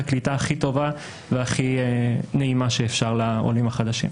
הקליטה הכי טובה והכי נעימה שאפשר לעולים החדשים.